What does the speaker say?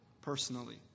personally